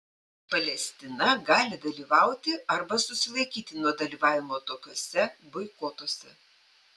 palestina gali dalyvauti arba susilaikyti nuo dalyvavimo tokiuose boikotuose